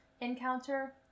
encounter